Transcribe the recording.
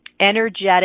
energetic